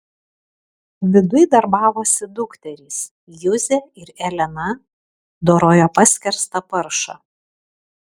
viduj darbavosi dukterys juzė ir elena dorojo paskerstą paršą